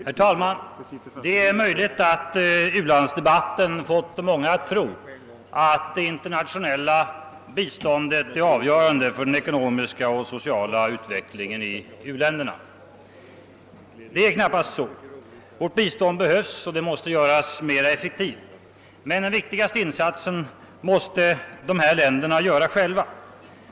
Herr talman! Det är möjligt att ulandsdebatten fått många att tro att det internationella biståndet är avgörande för den ekonomiska och sociala utvecklingen i u-länderna. Det är knappast riktigt. Vårt bistånd behövs, och det måste göras effektivt. Men den viktigaste insatsen måste dessa länder göra själva.